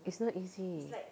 it's not easy